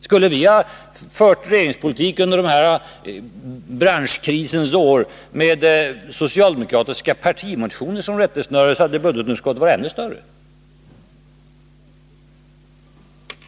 Skulle vi ha fört regeringspolitik under dessa branschkrisernas år med socialdemokratiska partimotioner som rättesnöre, så hade budgetunderskottet varit ännu större.